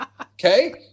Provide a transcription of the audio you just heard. okay